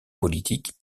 politiques